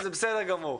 וזה בסדר גמור.